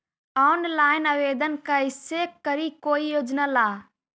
Online आवेदन कैसे करी कोई योजना ला?